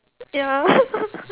ya